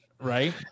right